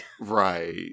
Right